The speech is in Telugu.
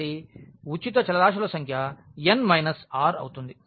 కాబట్టి ఉచిత చలరాశుల సంఖ్య n మైనస్ r అవుతుంది